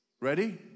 ready